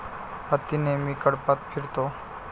हत्ती नेहमी कळपात फिरतो